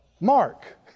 Mark